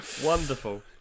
Wonderful